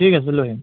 ঠিক আছে লৈ আহিম